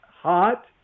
hot